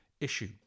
issue